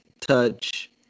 touch